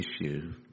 issue